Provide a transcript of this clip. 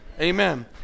Amen